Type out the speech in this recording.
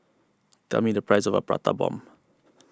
tell me the price of Prata Bomb